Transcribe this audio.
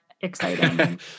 exciting